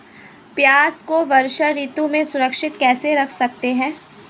प्याज़ को वर्षा ऋतु में सुरक्षित कैसे रख सकते हैं?